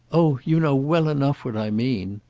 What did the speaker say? oh you know well enough what i mean!